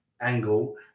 Angle